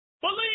Believe